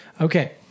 Okay